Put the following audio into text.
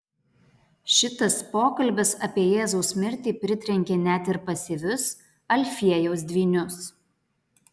šitas pokalbis apie jėzaus mirtį pritrenkė net ir pasyvius alfiejaus dvynius